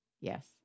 Yes